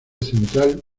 central